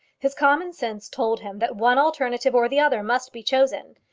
his common sense told him that one alternative or the other must be chosen.